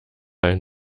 einen